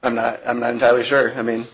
i'm not i'm not entirely sure i mean